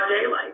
daylight